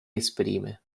esprime